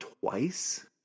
twice